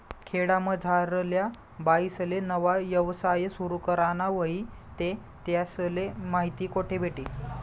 खेडामझारल्या बाईसले नवा यवसाय सुरु कराना व्हयी ते त्यासले माहिती कोठे भेटी?